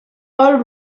all